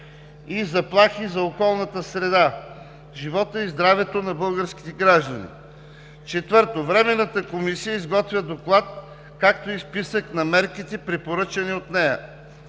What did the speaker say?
и заплахи за околната среда, живота и здравето на българските граждани. 4. Временната комисия изготвя доклад, както и списък на мерките, препоръчани от нея.